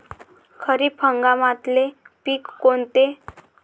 खरीप हंगामातले पिकं कोनते?